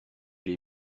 les